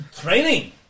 training